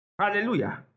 Hallelujah